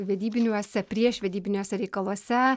vedybiniuose priešvedybiniuose reikaluose